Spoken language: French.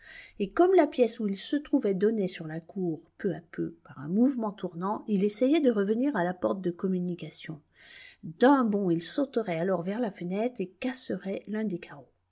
et comme la pièce où il se trouvait donnait sur la cour peu à peu par un mouvement tournant il essayait de revenir à la porte de communication d'un bond il sauterait alors vers la fenêtre et casserait l'un des carreaux